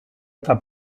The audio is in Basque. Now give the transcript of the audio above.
eta